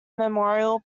memorial